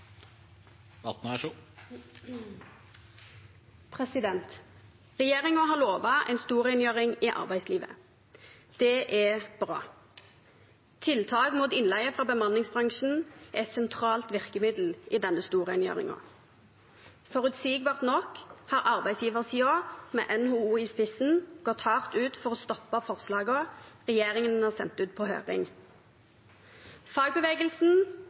har lovet en storrengjøring i arbeidslivet. Det er bra. Tiltak mot innleie fra bemanningsbransjen er et sentralt virkemiddel i den storrengjøringen. Forutsigbart nok har arbeidsgiversiden, med NHO i spissen, gått hardt ut for å stoppe forslagene regjeringen har sendt ut på høring. Fagbevegelsen